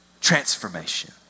transformation